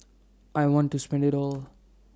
I want to spend IT all